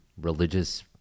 religious